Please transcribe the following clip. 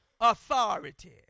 authority